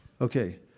Okay